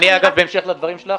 בהמשך לדברים שלך,